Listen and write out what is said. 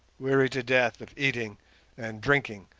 weary to death of eating and drinking,